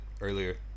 earlier